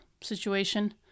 situation